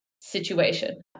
situation